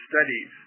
studies